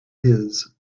his